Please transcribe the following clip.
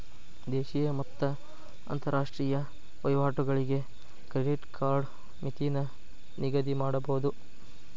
ದೇಶೇಯ ಮತ್ತ ಅಂತರಾಷ್ಟ್ರೇಯ ವಹಿವಾಟುಗಳಿಗೆ ಕ್ರೆಡಿಟ್ ಕಾರ್ಡ್ ಮಿತಿನ ನಿಗದಿಮಾಡಬೋದು